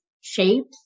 shapes